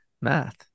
math